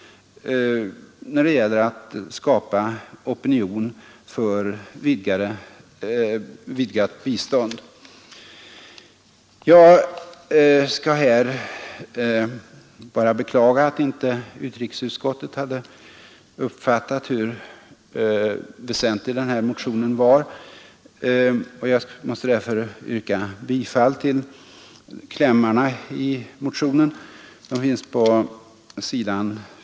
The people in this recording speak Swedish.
Därmed underlättar man också skapandet av opinion för vidgat bistånd. Jag beklagar att utrikesutskottet inte uppfattat hur väsentlig vår motion var. Därför måste jag yrka bifall till klämmarna i motionen. Dessa återfinns på s.